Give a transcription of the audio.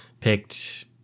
picked